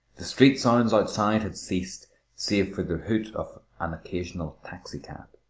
the street sounds outside had ceased save for the hoot of an occasional taxicab.